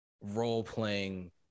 role-playing